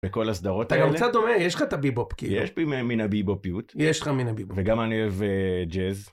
בכל הסדרות האלה. אתה גם קצת דומה, יש לך את הביבופ. יש לי מין הביבופיות. יש לך מין הביבוביות. וגם אני אוהב אה.. ג'אז.